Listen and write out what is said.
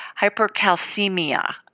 hypercalcemia